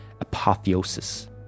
apotheosis